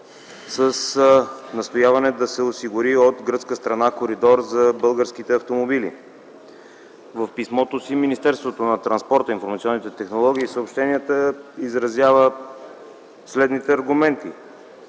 с настояване да се осигури от гръцка страна коридор за българските автомобили. В писмото си Министерството на транспорта, информационните технологии и съобщенията изразява следните аргументи: